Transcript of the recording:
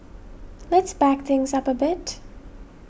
let's back things up a bit